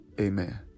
Amen